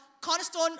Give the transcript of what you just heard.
Cornerstone